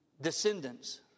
descendants